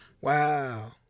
Wow